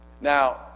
Now